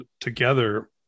together